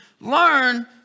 Learn